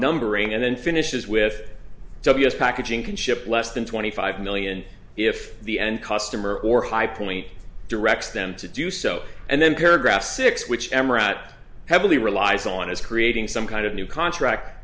numbering and then finishes with ws packaging can ship less than twenty five million if the end customer or high point directs them to do so and then paragraph six which emira that heavily relies on is creating some kind of new contract